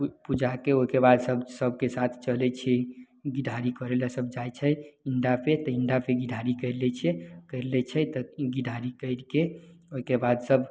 पूजाके ओइकेबाद सब सबके साथ चलय छियै घी ढारी करय लए सब जाइ छै इण्डा पर इण्डापर घी ढारी करि लै छै तऽ घी ढारी करिके ओइकेबाद सब